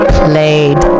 played